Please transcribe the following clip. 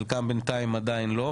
חלקם בינתיים עדיין לא,